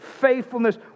faithfulness